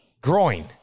Groin